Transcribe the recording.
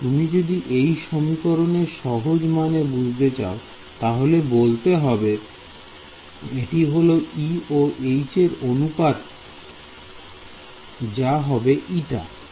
তুমি যদি এই সমীকরণের সহজ মানে বুঝতে চাও তাহলে বলতে হবে এটি হলো E ও H এর অনুপাত যা হবে η